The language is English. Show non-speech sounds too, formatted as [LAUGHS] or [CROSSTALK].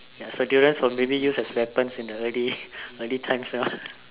ya so durians were maybe used as weapons in the early [LAUGHS] early times lah